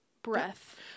Breath